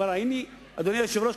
אדוני היושב-ראש,